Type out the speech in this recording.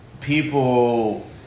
people